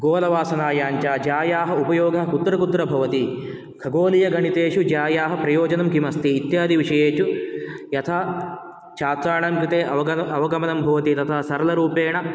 गोलवासनायाञ्च ज्यायाः उपयोगः कुत्र कुत्र भवति खगोलीयगणितेषु ज्यायाः प्रयोजनं किमस्ति इत्यादिविषये तु यथा छात्राणां कृते अवगम अवगमनं भवति तथा सरलरूपेण